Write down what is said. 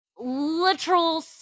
literal